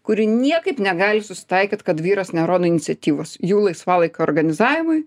kuri niekaip negali susitaikyt kad vyras nerodo iniciatyvos jų laisvalaikio organizavimui